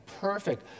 Perfect